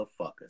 motherfuckers